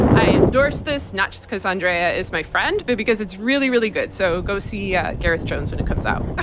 i endorse this, not just because andrea is my friend, but because it's really really good. so go see yeah gareth jones when it comes out. ah